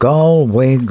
Galway